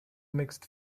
mixed